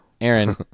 Aaron